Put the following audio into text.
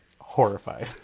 horrified